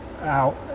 out